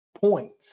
points